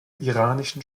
iranischen